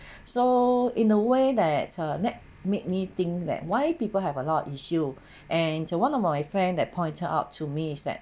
so in a way that uh that made me think that why people have a lot of issue and one of my friend that pointed out to me is that